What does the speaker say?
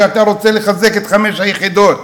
שאתה רוצה לחזק את חמש היחידות,